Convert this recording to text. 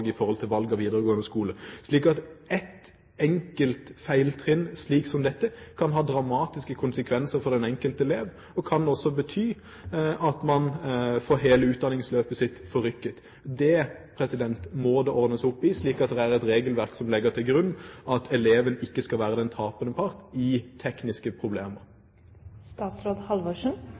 av videregående skole. Ett enkelt feiltrinn, slik som dette, kan ha dramatiske konsekvenser for den enkelte elev, og kan også bety at man får hele utdanningsløpet sitt forrykket. Det må det ordnes opp i, slik at regelverket legger til grunn at eleven ikke skal være den tapende part ved tekniske